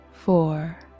Four